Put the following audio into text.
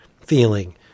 feeling